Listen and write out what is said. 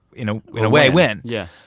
you know. win. in a way, win yeah,